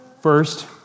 First